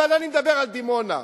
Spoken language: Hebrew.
אבל אני מדבר על דימונה.